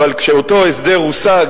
אבל כשאותו הסדר הושג,